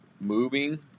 moving